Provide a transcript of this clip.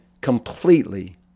completely